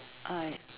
I